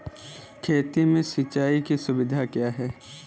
खेती में सिंचाई की सुविधा क्या है?